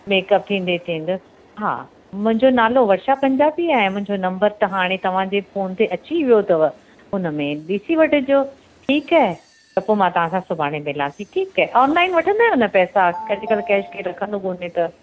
makeup थींदे ते ईंदसि हा मुंहिंजो नालो वर्षा पंजाबी आहे मुंहिंजो नंबर त हाणे तव्हां जे फ़ोन ते अची वियो अथव उनमें ॾिसी वठिजो ठीकु है त पोइ तव्हां सां सुभाणे मिलां थी ठीकु है ऑनलाइन वठंदा आहियो न पैसा अॼु कल्ह कैश केरु रखंदो कोन्हे त